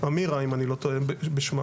אבל לא אמור לדאוג רק על בריאות בעלי החיים,